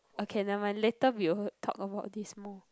okay never mind later we will talk about this more